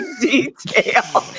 detail